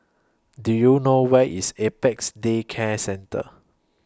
Do YOU know Where IS Apex Day Care Centre